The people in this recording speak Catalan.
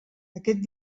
aquest